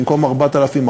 במקום 4,000,